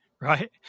right